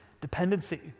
dependency